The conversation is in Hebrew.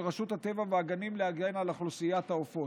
רשות הטבע והגנים להגן על אוכלוסיית העופות.